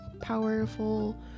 powerful